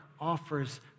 offers